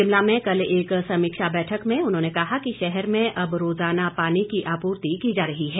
शिमला में कल एक समीक्षा बैठक में उन्होंने कहा कि शहर में अब रोजाना पानी की आपूर्ति की जा रही है